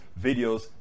videos